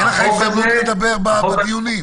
תהיה לך הזדמנות לדבר בדיונים.